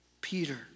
Peter